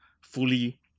fully